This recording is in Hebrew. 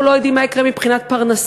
אנחנו לא יודעים מה יקרה מבחינת פרנסה,